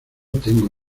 tengo